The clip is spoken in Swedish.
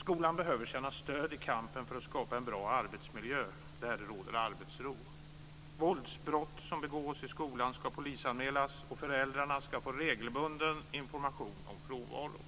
Skolan behöver känna stöd i kampen för att skapa en bra arbetsmiljö där det råder arbetsro. Våldsbrott som begås i skolan ska polisanmälas, och föräldrarna ska få regelbunden information om frånvaro.